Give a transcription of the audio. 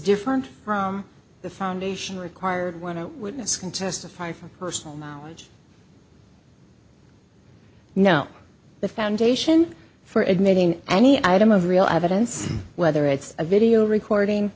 different from the foundation required want to witness can testify from personal know the foundation for admitting any item of real evidence whether it's a video recording